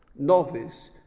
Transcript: novice,